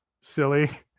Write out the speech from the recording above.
silly